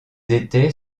étaient